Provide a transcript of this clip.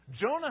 Jonah